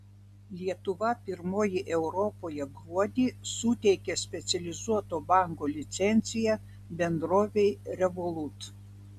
lietuva pirmoji europoje gruodį suteikė specializuoto banko licenciją bendrovei revolut